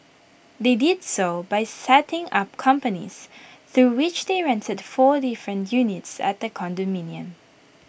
they did so by setting up companies through which they rented four different units at the condominium